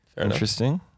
interesting